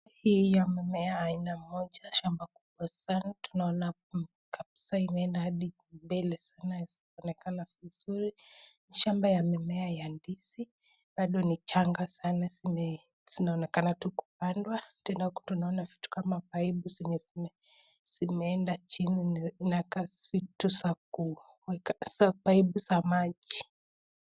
Hii ambayo ni shamba kubwa sana, tunaona kabisaa imeenda kabisa hadi mbele, inaonekana vizuri, ni shamba ya mimea ya ndizi bado ni chamga sana, zinaonekana tu kupandwa, tena tunaona paipu zenye zimeemda chini na zinakaa vitu za paipu za maji.